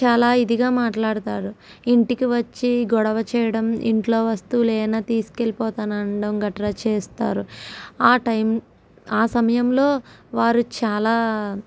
చాలా ఇదిగా మాట్లాడుతారు ఇంటికి వచ్చి గొడవ చేయడం ఇంట్లో వస్తువులేవన్నా తీసుకు వెళ్ళి పోతాను అనడం గట్రా చేస్తారు ఆ టైమ్ ఆ సమయంలో వారు చాలా